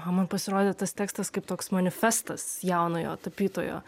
o man pasirodė tas tekstas kaip toks manifestas jaunojo tapytojo